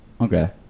okay